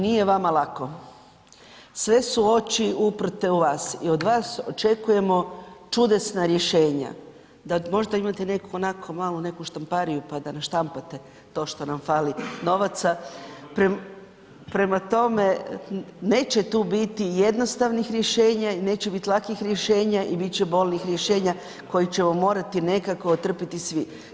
Nije vama lako, sve su oči uprte od vas i od vas očekujemo čudesna rješenja, da možda imate neku onako malo neku štampariju pa da naštampate to što nam fali novaca, prema tome neće tu biti jednostavnih rješenja i neće biti lakih rješenja i bit će bolnih rješenja koje ćemo morati nekako trpiti svi.